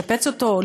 לשפץ אותו,